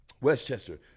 Westchester